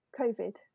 COVID